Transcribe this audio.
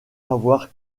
avoir